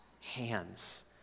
hands